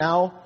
Now